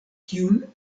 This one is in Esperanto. kiun